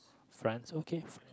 France okay